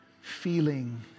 feeling